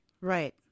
right